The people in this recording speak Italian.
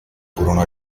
furono